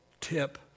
tip